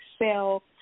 excel